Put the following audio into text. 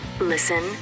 Listen